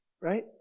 right